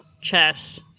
Chess